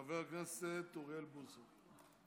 חבר הכנסת אוריאל בוסו.